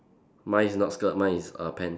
mine is not skirt mine is err pants